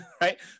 right